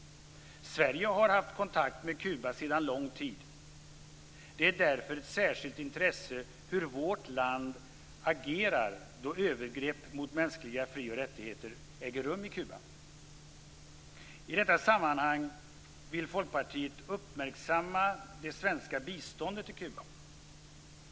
Sverige har haft kontakt med Kuba sedan lång tid. Det är därför av särskilt intresse hur vårt land agerar då övergrepp mot mänskliga fri och rättigheter äger rum i Kuba. I detta sammanhang vill Folkpartiet uppmärksamma det svenska biståndet till Kuba.